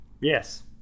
yes